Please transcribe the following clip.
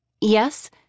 Yes